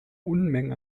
unmengen